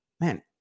man